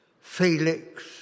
Felix